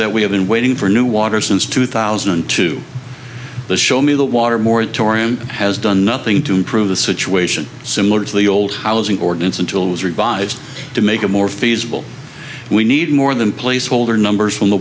that we have been waiting for new water since two thousand and two the show me the water moratorium has done nothing to improve the situation similar to the old housing ordinance until it was revised to make it more feasible we need more than placeholder numbers from the